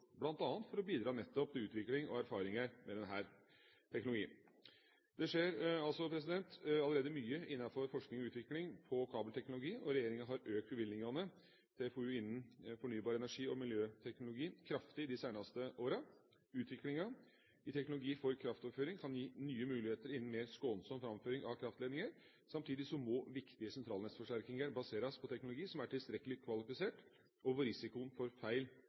for å bidra nettopp til utvikling og erfaringer med denne teknologien. Det skjer altså allerede mye innenfor forskning og utvikling på kabelteknologi. Regjeringa har økt bevilgningene til FoU innen fornybar energi og miljøteknologi kraftig de seneste årene. Utviklingen i teknologi for kraftoverføring kan gi nye muligheter innen mer skånsom framføring av kraftledninger. Samtidig må viktige sentralnettsforsterkninger baseres på teknologi som er tilstrekkelig kvalifisert, og hvor risikoen for feil